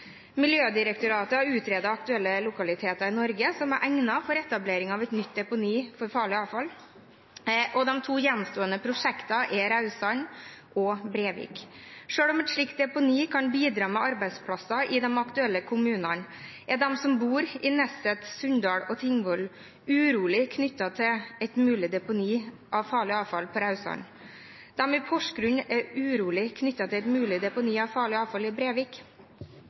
Miljødirektoratet har utredet aktuelle lokaliteter i Norge som er egnet for etablering av et nytt deponi for farlig avfall, og de to gjenstående prosjektene er Raudsand og Brevik. Selv om et slikt deponi kan bidra til arbeidsplasser i de aktuelle kommunene, er de som bor i Nesset, Sunndal og Tingvoll, urolige for et mulig deponi for farlig avfall på Raudsand. De i Porsgrunn er urolige for et mulig deponi for farlig avfall i Brevik.